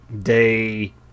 day